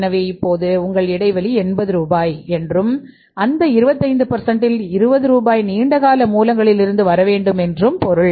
எனவே இப்போது உங்கள் இடைவெளி 80 ரூபாய் என்றும் அந்த 25 இல் 20 ரூபாய் நீண்ட கால மூலங்களிலிருந்து வர வேண்டும் என்றும் பொருள்